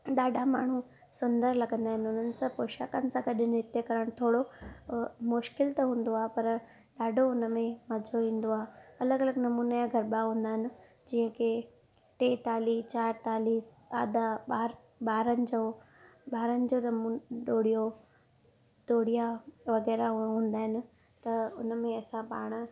ॾाढा माण्हू सुंदर लॻंदा आहिनि उन्हनि सभु पोशाकनि सां कॾहिं नृत्य करण थोरो अ मुश्किल त हूंदो आहे पर ॾाढो हुनमें मज़ो ईंदो आहे अलॻि अलॻि नमूने जा गरभा हूंदा आहिनि जीअं की टे ताली चारि ताली आधा ॿारनि जो ॿारनि जो दमुन दोड़ियो तोड़िया वग़ैरह हूंदा आइन त उनमें असां पाण